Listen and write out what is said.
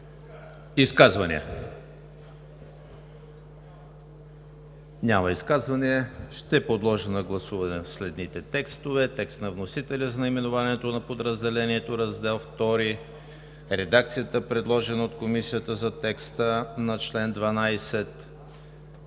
Изказвания? Няма. Ще подложа на гласуване следните текстове: текст на вносителя за наименованието на подразделението – Раздел II; редакцията, предложена от Комисията за текста на чл. 12;